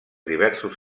diversos